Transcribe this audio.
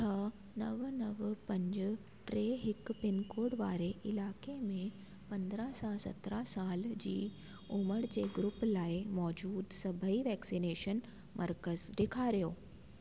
छह नव नव पंज टे हिकु पिनकोड वारे इलाइक़े में पंद्राहं सां सत्रहं साल जी उमिरि जे ग्रूप लाइ मौजूदु सभेई वैक्सनेशन मर्कज़ ॾेखारियो